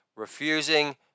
Refusing